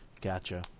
Gotcha